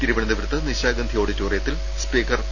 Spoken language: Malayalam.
തിരുവനന്തപുരത്ത് നിശാഗന്ധി ഓഡിറ്റോറിയത്തിൽ സ്പീക്കർ പി